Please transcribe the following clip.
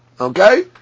Okay